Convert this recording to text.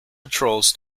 patrols